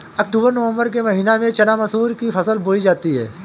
अक्टूबर नवम्बर के महीना में चना मसूर की फसल बोई जाती है?